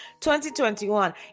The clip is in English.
2021